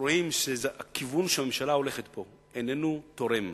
רואים שהכיוון שהממשלה הולכת פה איננו תורם